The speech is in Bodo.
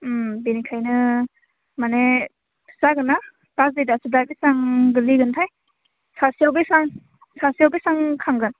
उम बेनिखाइनो माने जागोन्ना बाजेदआसो दा बिसिबां गोलैगोनथाइ सासेयाव बेसेबां सासेयाव बेसेबां खांगोन